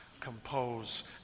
compose